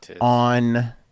on